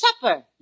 supper